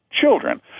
children